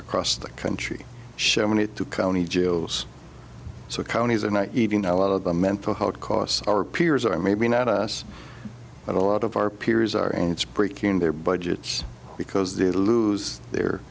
across the country showing it to county jails so counties and even a lot of the mental health costs are peers or maybe not us but a lot of our peers are and it's breaking their budgets because they lose their